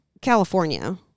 california